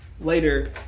Later